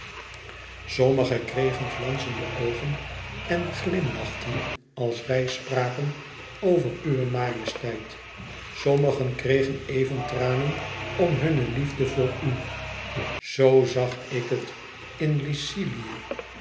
sommige kregen glanzende oogen en glimlachten als wij spraken over uwe majesteit sommige kregen even tranen om hunne liefde voor u zoo zag ik het in